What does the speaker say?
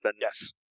Yes